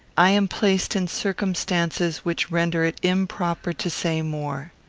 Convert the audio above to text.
i am placed in circumstances which render it improper to say more.